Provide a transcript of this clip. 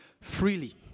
freely